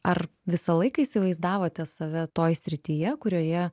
ar visą laiką įsivaizdavote save toj srityje kurioje